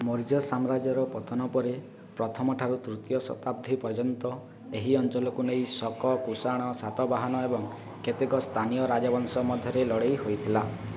ମୌର୍ଯ୍ୟ ସାମ୍ରାଜ୍ୟର ପତନ ପରେ ପ୍ରଥମ ଠାରୁ ତୃତୀୟ ଶତାବ୍ଦୀ ପର୍ଯ୍ୟନ୍ତ ଏହି ଅଞ୍ଚଲକୁ ନେଇ ଶକ କୁଷାଣ ସାତବାହନ ଏବଂ କେତେକ ସ୍ଥାନୀୟ ରାଜବଂଶ ମଧ୍ୟରେ ଲଢ଼େଇ ହୋଇଥିଲା